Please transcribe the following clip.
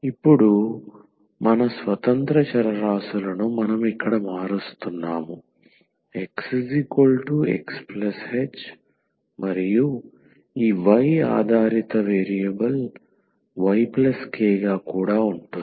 ఇప్పుడు మన స్వతంత్ర చరరాశులను మనం ఇక్కడ మారుస్తున్నాము 𝑥 𝑋 ℎ మరియు ఈ y ఆధారిత వేరియబుల్ 𝑌 𝑘 గా కూడా ఉంటుంది